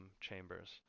chambers